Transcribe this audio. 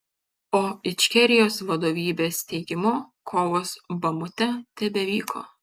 o ičkerijos vadovybės teigimu kovos bamute tebevyko